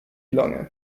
lange